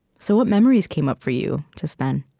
so what memories came up for you just then?